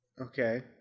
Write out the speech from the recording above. Okay